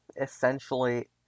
essentially